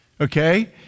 Okay